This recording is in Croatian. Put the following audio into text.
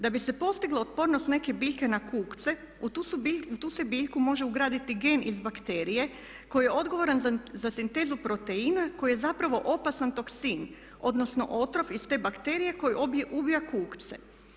Da bi se postigla otpornost neke biljke na kukce u tu se biljku može ugraditi GM iz bakterije koji je odgovoran za sintezu proteina koji je zapravo opasan toksin, odnosno otrov iz te bakterije koji ubija kukce.